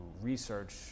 research